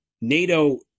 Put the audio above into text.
NATO